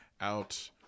out